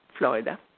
Florida